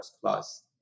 plus